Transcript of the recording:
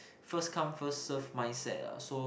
first come first serve mindset ah so